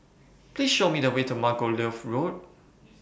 Please Show Me The Way to Margoliouth Road